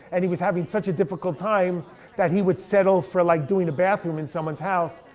and he was having such a difficult time that he would settle for like doing the bathroom in someone's house.